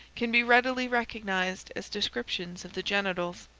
can be readily recognized as descriptions of the genitals.